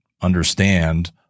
understand